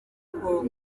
congo